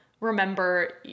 remember